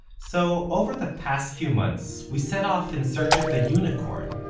so over the past few months, we set off in search of a unicorn.